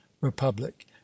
republic